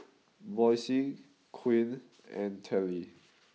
Boysie Quinn and Dellie